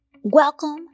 Welcome